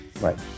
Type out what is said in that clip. Right